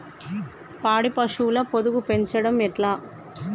పాడి పశువుల పొదుగు పెంచడం ఎట్లా?